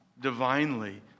divinely